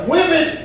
Women